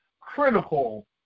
critical